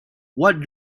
what